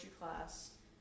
class